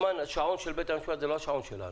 השעון של בית המשפט הוא לא השעון שלנו.